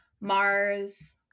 Mars